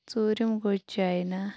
ژورِم گوٚو چَینا